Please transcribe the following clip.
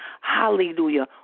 hallelujah